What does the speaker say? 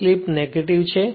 અને slip negative છે